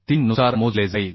3 नुसार मोजले जाईल